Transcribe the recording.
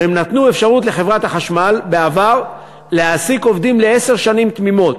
והם נתנו אפשרות לחברת החשמל בעבר להעסיק עובדים לעשר שנים תמימות.